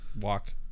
Walk